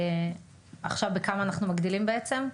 עכשיו בכמה אנחנו מגדילים בעצם?